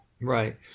Right